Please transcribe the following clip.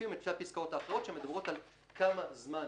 מחליפים את שתי הפסקאות האחרות שמדברות על כמה זמן